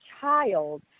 child